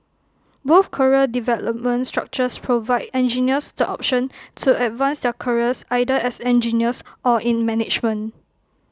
both career development structures provide engineers the option to advance their careers either as engineers or in management